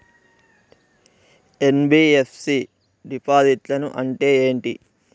NBFC డిపాజిట్లను అంటే ఏంటి?